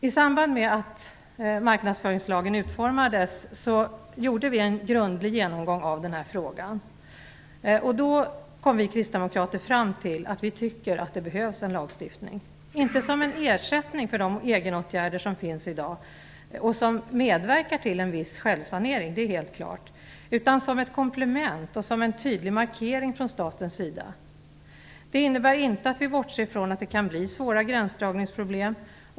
I samband med att marknadsföringslagen utformades gjorde vi en grundlig genomgång av denna fråga, och då kom vi kristdemokrater fram till att vi tycker att det behövs en lagstiftning, inte som en ersättning för de egenåtgärder som finns i dag och som medverkar till en viss självsanering - det är helt klart - utan som ett komplement och en tydlig markering från statens sida. Det innebär inte att vi bortser från att det kan bli svåra gränsdragningsproblem.